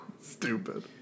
stupid